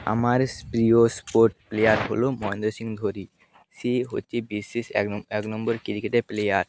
আমার প্রিয় sport player হলো মহেন্দ্র সিং ধোনি সে হচ্ছে বিশ্বের এক এক নম্বর ক্রিকেট প্লেয়ার